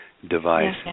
Device